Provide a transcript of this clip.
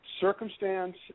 circumstance